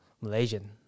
Malaysian